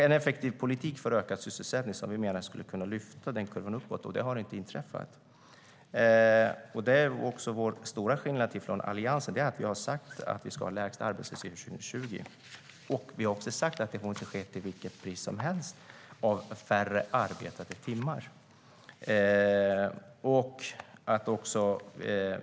En effektiv politik för ökad sysselsättning skulle kunna lyfta den kurvan uppåt. Och det har inte inträffat. Den stora skillnaden mellan oss och Alliansen är att vi har sagt att vi ska ha lägst arbetslöshet 2020. Men vi har också sagt att det inte får ske till vilket pris som helst, till exempel färre arbetade timmar.